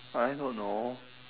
I don't know